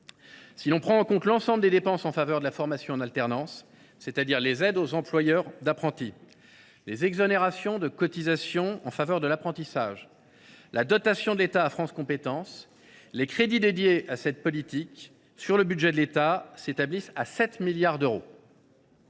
Si on prend en compte l’ensemble des dépenses en faveur de la formation en alternance – les aides aux employeurs d’apprentis, les exonérations de cotisations en faveur de l’apprentissage et la dotation de l’État à France Compétences –, les crédits dédiés à cette politique sur le budget de l’État s’établissent à 7 milliards d’euros.